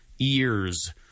ears